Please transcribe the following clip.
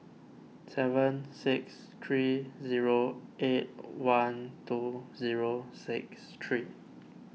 seven six three zero eight one two zero six three